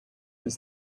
his